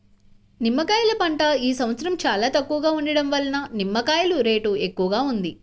నిమ్మకాయల పంట ఈ సంవత్సరం చాలా తక్కువగా ఉండటం వలన నిమ్మకాయల రేటు ఎక్కువగా ఉంది